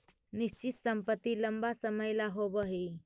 निश्चित संपत्ति लंबा समय ला होवऽ हइ